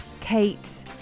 Kate